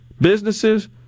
businesses